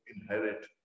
inherit